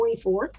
24